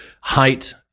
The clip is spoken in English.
height